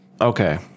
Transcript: okay